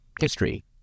history